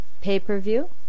pay-per-view